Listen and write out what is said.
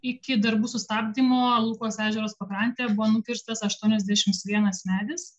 iki darbų sustabdymo lukos ežero pakrantėje buvo nukirstas aštuoniasdešims vienas medis